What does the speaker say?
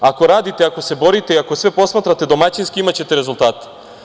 Ako radite, ako se borite i ako sve posmatrate domaćinski imaćete rezultate.